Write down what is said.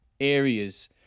areas